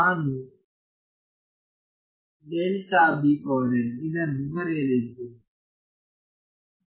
ನಾನು ಇದನ್ನು ಕರೆಯಲಿದ್ದೇನೆ